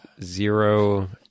zero